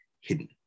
hidden